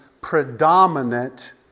predominant